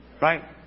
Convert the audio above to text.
Right